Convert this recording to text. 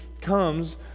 comes